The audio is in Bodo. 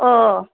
अ'